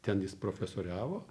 ten jis profesoriavo